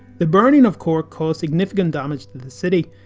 the burning of cork caused significant damage to the city,